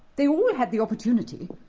they all had the opportunity,